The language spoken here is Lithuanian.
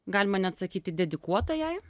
galima net sakyti dedikuota jai